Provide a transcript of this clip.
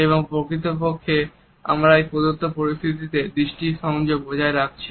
এবং প্রকৃতপক্ষে আমরা এই প্রদত্ত পরিস্থিতিতে দৃষ্টি সংযোগ বজায় রাখছি